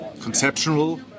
conceptual